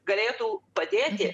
galėtų padėti